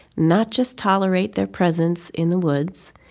not just tolerate their presence in the woods.